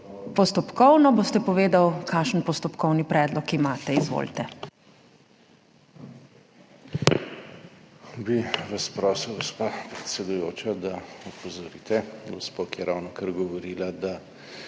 Postopkovno. Boste povedali, kakšen postopkovni predlog imate. Izvolite.